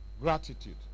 gratitude